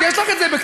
אבל מה הוא אמר?